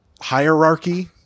hierarchy